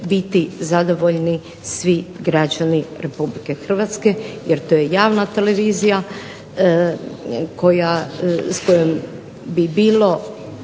biti zadovoljni svi građani Republike Hrvatske, jer to je javna televizija koja, s kojom bi bilo